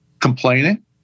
complaining